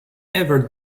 ever